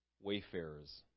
wayfarers